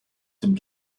dem